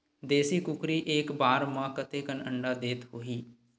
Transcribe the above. देशी कुकरी एक बार म कतेकन अंडा देत होही?